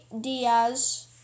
Diaz